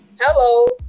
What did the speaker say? hello